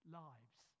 lives